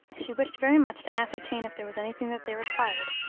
she wished very much to ascertain if there was any thing that they required,